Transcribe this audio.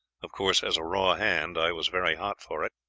of course, as a raw hand, i was very hot for it,